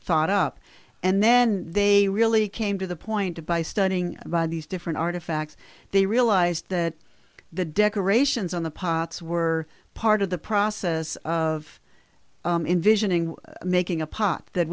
thought up and then they really came to the point by studying by these different artifacts they realized that the decorations on the pots were part of the process of envisioning making a pot that